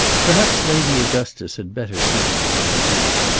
perhaps lady augustus had better see him, said the duke.